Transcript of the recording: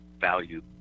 value